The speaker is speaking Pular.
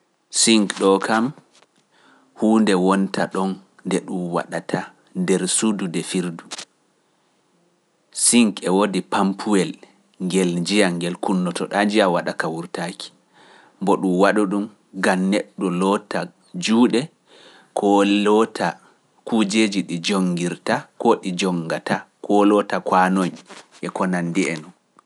Sink ɗoo kam huunde wonta ɗon nde ɗum waɗata nder suudu de firdu. Sink e woodi pampuwel ngel njiya ngel kunnoto ɗaa njiya waɗa ka wurtaaki. Mbo ɗum waɗo ɗum ngam neɗɗo loota juuɗe koo loota kujeeji ɗi jonngirta koo ɗi jonngata koo loota kwaano e konandi e nun.